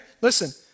Listen